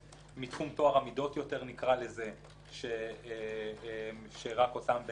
טוהר מידות לגבי מי שהגיש את ההצעה,